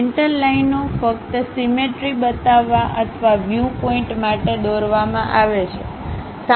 centre લાઇનઓ ફક્ત symmetry બતાવવા અથવા વ્યુ પોઇન્ટ માટે દોરવામાં આવે છે